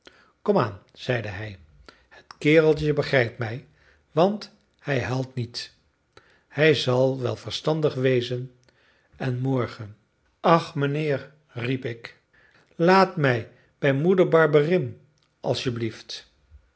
zeide hij het kereltje begrijpt mij want hij huilt niet hij zal wel verstandig wezen en morgen ach mijnheer riep ik laat mij bij moeder barberin als